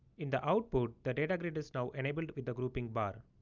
in the output the data grid is now enabled with the grouping but